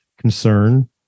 concern